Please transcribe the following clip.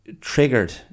triggered